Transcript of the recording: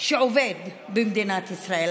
שעובד במדינת ישראל.